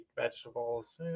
vegetables